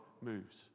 moves